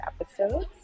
episodes